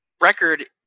record